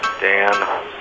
Dan